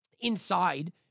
inside